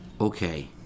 Okay